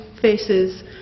faces